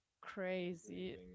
crazy